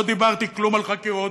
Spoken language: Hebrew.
לא דיברתי כלום על חקירות,